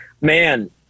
Man